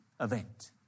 event